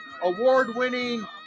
award-winning